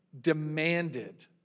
demanded